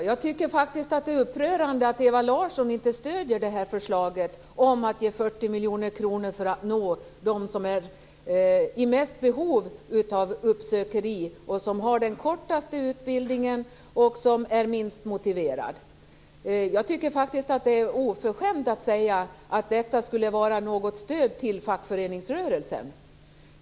Herr talman! Jag tycker att det är upprörande att Ewa Larsson inte stöder förslaget om att ge 40 miljoner kronor för att nå dem som är i störst behov av uppsökande verksamhet och som har den kortaste utbildningen och är minst motiverade. Det är faktiskt oförskämt att säga att detta skulle vara ett stöd till fackföreningsrörelsen.